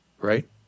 right